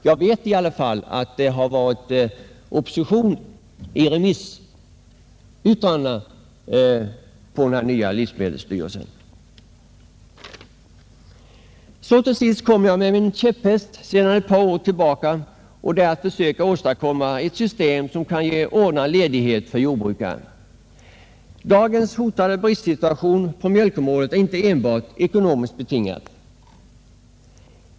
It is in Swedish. Jag vet emellertid att det i remissyttrandena över kommitténs förslag har framkommit opposition. Till sist kommer jag med min käpphäst sedan ett par år tillbaka, nämligen att vi skall försöka åstadkomma ett system som kan ge ordnad ledighet för jordbrukare. Dagens hotande bristsituation på mjölkområdet är inte enbart ekonomiskt betingad.